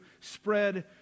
spread